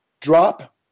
drop